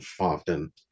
often